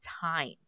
time